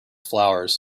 flowers